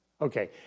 Okay